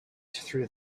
through